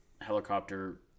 Helicopter